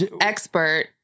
expert